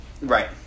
Right